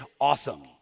awesome